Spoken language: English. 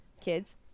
kids